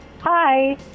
Hi